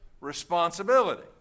responsibility